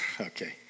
okay